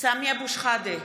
סמי אבו שחאדה,